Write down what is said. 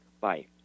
Bye